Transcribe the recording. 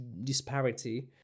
disparity